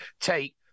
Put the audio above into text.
take